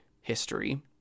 history